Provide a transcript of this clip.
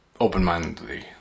open-mindedly